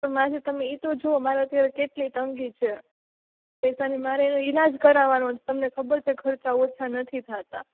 પણ માસી તમે એતો જુઓ મારે અત્યારે કેટલી તંગી છે એ સામે મારે એનો ઈલાજ કરાવાનો છે તમને ખબર છે ખર્ચા ઓછા નથી થતા